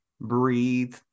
breathe